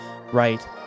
right